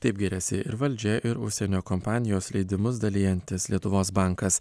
taip giriasi ir valdžia ir užsienio kompanijos leidimus dalijantis lietuvos bankas